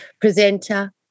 presenter